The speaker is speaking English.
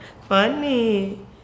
Funny